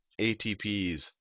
ATPs